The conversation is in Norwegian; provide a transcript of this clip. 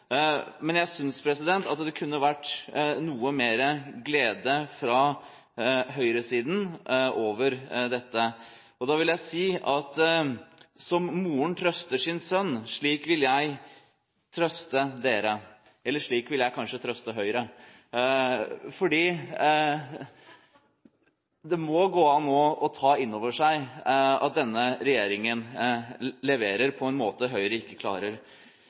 Men jeg synes at det kunne vært noe mer glede fra høyresiden over dette. Da vil jeg si: «Som moren trøster sin sønn, slik vil jeg trøste dere» – eller slik vil jeg kanskje trøste Høyre. For det må gå an nå å ta inn over seg at denne regjeringen leverer på en måte Høyre ikke klarer.